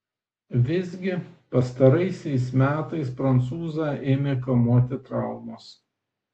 visgi pastaraisiais metais prancūzą ėmė kamuoti traumos